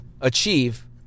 achieve